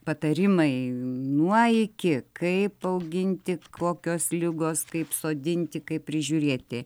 patarimai nuo iki kaip auginti kokios ligos kaip sodinti kaip prižiūrėti